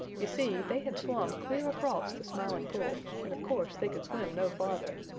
you see, they had swum clear across the smiling pool and of course they could swim no farther.